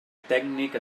tècnic